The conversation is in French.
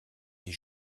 des